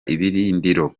ibirindiro